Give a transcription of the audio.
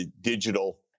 digital